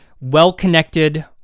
well-connected